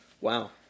Wow